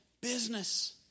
business